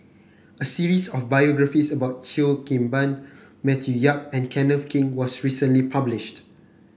a series of biographies about Cheo Kim Ban Matthew Yap and Kenneth Keng was recently published